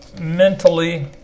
mentally